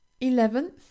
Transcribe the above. Eleventh